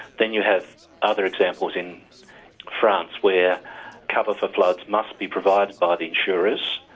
then you have other examples in france, where cover for floods must be provided by the insurers,